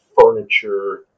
furniture